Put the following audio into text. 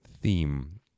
theme